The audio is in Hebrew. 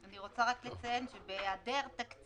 אני רוצה רק לציין שבהיעדר תקציב